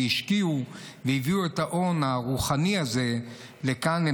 והשקיעו והביאו את ההון הרוחני הזה לכאן,